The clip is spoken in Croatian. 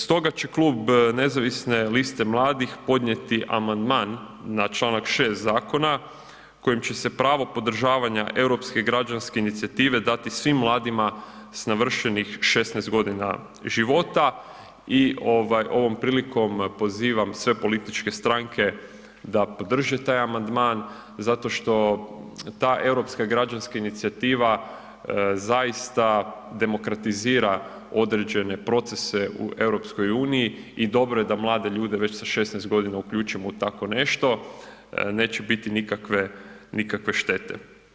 Stoga će Klub nezavisne liste mladih podnijeti amandman na čl. 6. zakona kojim će se pravo podržavanja Europske građanske inicijative dati svim mladima s navršenih 16.g. života i ovaj ovom prilikom pozivam sve političke stranke da podrže taj amandman zato što ta Europska građanska inicijativa zaista demokratizira određene procese u EU i dobro je da mlade ljude već sa 16.g. uključimo u tako nešto, neće biti nikakve, nikakve štete.